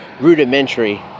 rudimentary